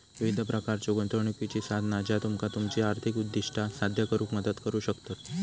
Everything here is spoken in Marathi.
विविध प्रकारच्यो गुंतवणुकीची साधना ज्या तुमका तुमची आर्थिक उद्दिष्टा साध्य करुक मदत करू शकतत